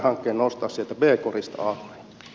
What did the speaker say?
arvoisa puhemies